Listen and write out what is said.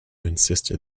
insisted